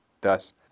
Thus